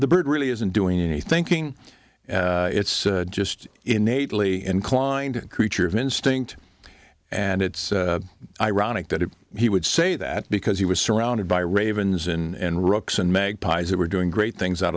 the bird really isn't doing any thinking it's just innately inclined creature of instinct and it's ironic that he would say that because he was surrounded by ravens and rocks and magpies that were doing great things out